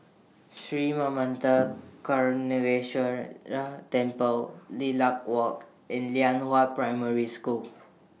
Sri Manmatha Karuneshvarar Temple Lilac Walk and Lianhua Primary School